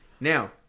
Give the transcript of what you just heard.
now